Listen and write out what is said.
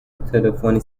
تلفنی